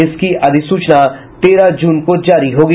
इसकी अधिसूचना तेरह जून को जारी होगी